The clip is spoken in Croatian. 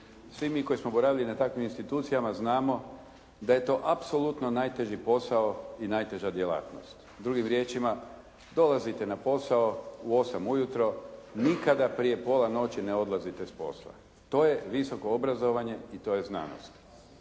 Svi mi koji smo boravili na takvim institucijama znamo da je to apsolutno najteži posao i najteža djelatnost. Drugim riječima, dolazite na posao u 8 ujutro, nikada prije pola noći ne odlazite s posla, to je visoko obrazovanje i to je znanost.